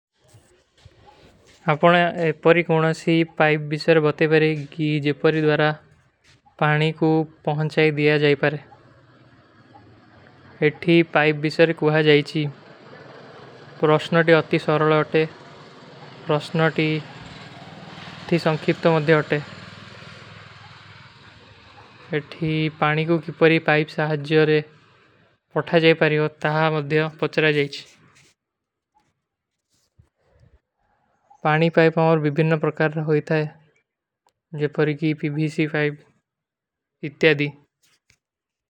ଆପନେ ଏପରୀ କୁଣ ସୀ ପାଇବ ବିସର ବତେ ପରେ, ଜିପରୀ ଦ୍ଵାରା ପାଣୀ କୁଛ ପହଁଚାଈ ଦିଯା ଜାଈ ପରେ। ଇଠୀ ପାଇବ ବିସର କୁଛ ଜାଈଚୀ। ପ୍ରୋସ୍ଟନୋଟୀ ଅତୀ ସୋରୋଲ ହୋତେ। ପ୍ରୋସ୍ଟନୋଟୀ ଅତୀ ସଂଖୀପ୍ତ ମଧ୍ଯ ହୋତେ। ଇଠୀ ପାଇବ ବିସର ବତେ ପରେ, ଜିପରୀ ଦ୍ଵାରା ପାଇବ ବିସର ବତେ ପରେ, ଜିପରୀ ଦ୍ଵାରା ପାଇବ ବିସର ବତେ ପରେ।